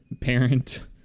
parent